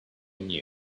knew